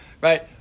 right